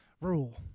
Rule